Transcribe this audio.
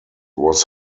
was